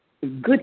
good